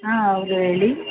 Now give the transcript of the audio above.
ಹಾಂ ಅವರೆ ಹೇಳಿ